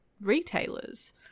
retailers